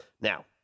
Now